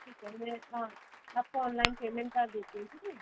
ठीक है मैं हाँ आपको ऑनलाइन पेमेंट कर देती हूँ ठीक है